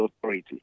Authority